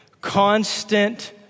constant